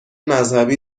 مذهبی